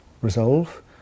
resolve